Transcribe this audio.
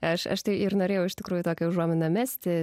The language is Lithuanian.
aš aš tai ir norėjau iš tikrųjų tokią užuominą mesti